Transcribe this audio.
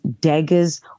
daggers